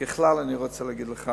ככלל, אני רוצה להגיד לך